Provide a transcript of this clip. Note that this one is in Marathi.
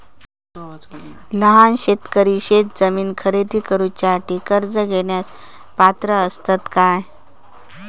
लहान शेतकरी शेतजमीन खरेदी करुच्यासाठी कर्ज घेण्यास पात्र असात काय?